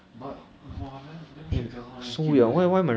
but !wah! damn shag sia some of them keep losing